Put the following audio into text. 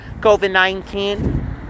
COVID-19